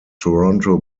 toronto